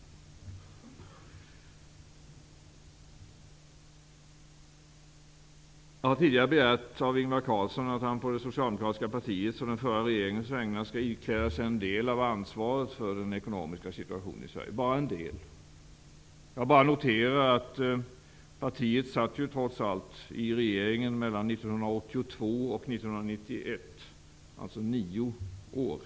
Jag har tidigare begärt av Ingvar Carlsson att han på det socialdemokratiska partiets och den förra regeringens vägnar skall ikläda sig en del av ansvaret för den ekonomiska situationen i Sverige, bara en del. Partiet satt trots allt i regeringen mellan 1982 och 1991, dvs. nio år.